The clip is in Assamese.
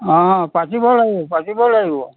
অঁ পাতিব লাগিব পাতিব লাগিব